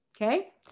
okay